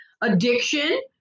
addiction